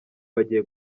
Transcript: bagiye